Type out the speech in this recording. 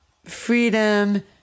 freedom